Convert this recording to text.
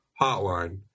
Hotline